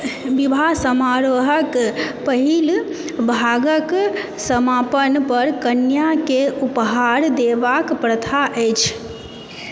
विवाह समारोहक पहील भागक समापन पर कनिऑं के उपहार देबाक प्रथा अछि